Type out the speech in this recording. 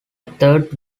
third